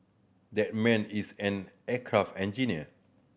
that man is an aircraft engineer